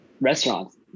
restaurants